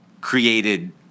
created